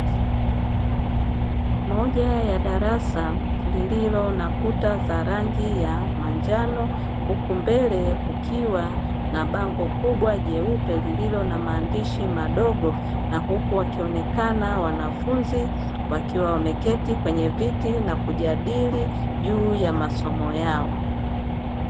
Moja ya darasa lililo na kuta za rangi ya manjano, huku mbele kukiwa na bango kubwa jeupe lililo na maandishi madogo na huku wakionekana wanafunzi wakiwa wameketi kwenye viti na kujadili juu ya masomo yao.